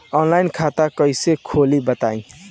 Online खाता कइसे खोली बताई?